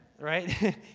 right